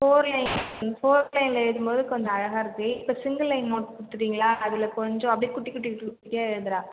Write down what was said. four line four லைனில் எழுதும் போது கொஞ்சம் அழகாக இருக்கு இப்போ சிங்கிள் லைன் நோட் கொடுத்துட்டிங்களா அதில் கொஞ்சம் அப்படியே குட்டி குட்டி குட்டி குட்டியாக எழுதுறா